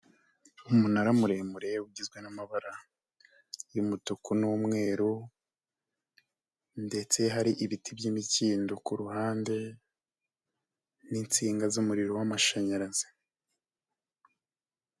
Umunara muremure ugizwe n'amabara yumutuku numweru, ndetse hari ibiti by'imikindo kuruhande n'insinga z'umuriro w'amashanyarazi.